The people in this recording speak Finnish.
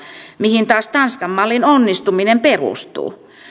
mihin taas tanskan mallin onnistuminen perustuu